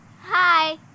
Hi